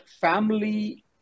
family